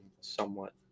somewhat